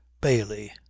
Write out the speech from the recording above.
Bailey